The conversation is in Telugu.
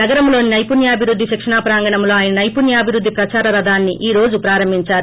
నగరంలోని సైపుణ్యాభివృద్ధి శిక్షణా ప్రాంగణంలో ఆయన నైపుణ్యాభివృద్ది ప్రదారరధాన్ని ఈ రోజు ప్రారంభించారు